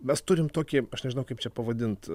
mes turim tokį aš nežinau kaip čia pavadint